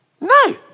No